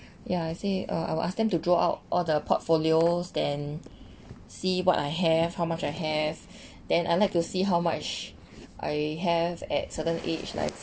ya I see uh I will ask them to draw out all the portfolios then see what I have how much I have then I like to see how much I have at certain age like